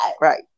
Right